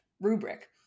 rubric